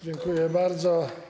Dziękuję bardzo.